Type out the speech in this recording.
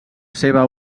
seva